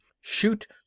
Shoot